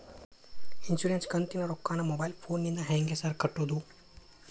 Insurance ಕಂತಿನ ರೊಕ್ಕನಾ mobile ಫೋನಿಂದ ಹೆಂಗ್ ಸಾರ್ ಕಟ್ಟದು?